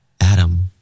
Adam